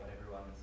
everyone's